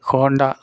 Honda